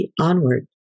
onward